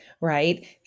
Right